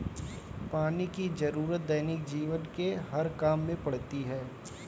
पानी की जरुरत दैनिक जीवन के हर काम में पड़ती है